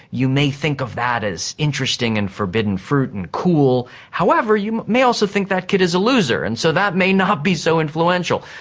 you may think of that as interesting and forbidden fruit and cool, however you may also think that kid is a loser, and so that may not be so influential.